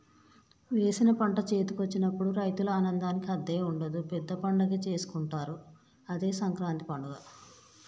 వేసిన పంట చేతికొచ్చినప్పుడు రైతుల ఆనందానికి హద్దే ఉండదు పెద్ద పండగే చేసుకుంటారు అదే సంకురాత్రి పండగ